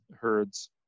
herds